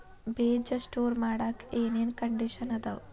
ಬೇಜ ಸ್ಟೋರ್ ಮಾಡಾಕ್ ಏನೇನ್ ಕಂಡಿಷನ್ ಅದಾವ?